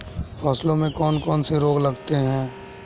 फसलों में कौन कौन से रोग लगते हैं?